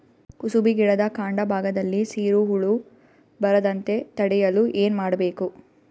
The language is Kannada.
ಕುಸುಬಿ ಗಿಡದ ಕಾಂಡ ಭಾಗದಲ್ಲಿ ಸೀರು ಹುಳು ಬರದಂತೆ ತಡೆಯಲು ಏನ್ ಮಾಡಬೇಕು?